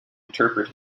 interpret